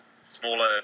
smaller